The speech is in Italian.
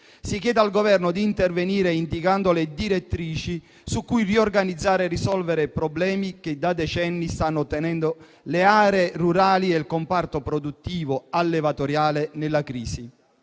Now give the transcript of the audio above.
Si chiede al Governo di intervenire, indicando le direttrici su cui riorganizzare e risolvere problemi che da decenni stanno tenendo le aree rurali e il comparto produttivo allevatoriale nella crisi.